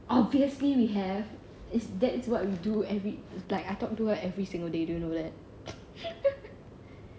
obviously we have it's that is what we do every like I talk to her every single day you know that